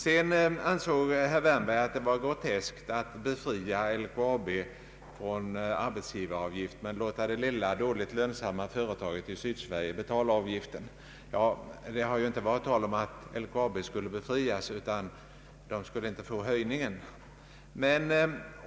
Herr Wärnberg ansåg att det var groteskt att befria LKAB från arbetsgivaravgift men låta det lilla, dåligt lönsamma företaget i Sydsverige betala avgiften. Det har ju inte varit tal om att LKAB skulle befrias från arbetsgivaravgift; företaget skulle inte få vidkännas höjningen.